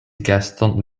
geston